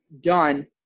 done